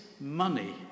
money